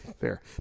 fair